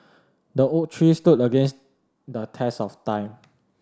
the oak tree stood against the test of time